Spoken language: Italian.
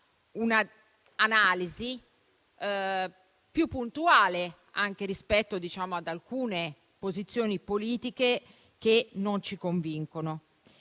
un'analisi più puntuale anche rispetto ad alcune posizioni politiche che non ci convincono.